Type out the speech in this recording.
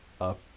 up